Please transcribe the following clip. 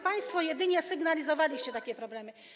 Państwo jedynie sygnalizowaliście takie problemy.